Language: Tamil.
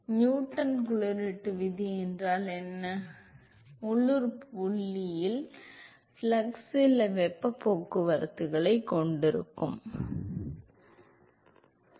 நியூட்டன் குளிரூட்டும் விதி என்றால் என்ன உள்ளூர் புள்ளியில் ஃப்ளக்ஸ் சில வெப்பப் போக்குவரத்து குணகத்தால் வெவ்வேறு வெப்பநிலையில் வழங்கப்படுகிறது